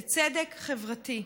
זה צדק חברתי.